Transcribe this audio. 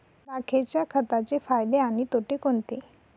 राखेच्या खताचे फायदे आणि तोटे कोणते?